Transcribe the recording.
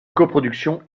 coproduction